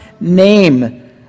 name